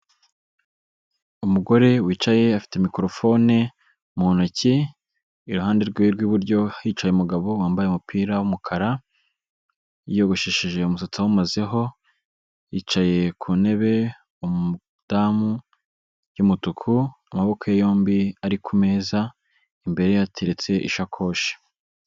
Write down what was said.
Umugore wicaye afite mikorofone mu ntoki, iruhande rw'iwe rw'iburyo hicaye umugabo wambaye umupira w'umukara, yiyogoshesheje umusatsi yawumazeho, yicaye ku ntebe umudamu y'umutuku amaboko ye yombi ari ku meza, imbere ye hateretse ishakoshi.